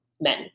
men